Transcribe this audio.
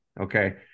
okay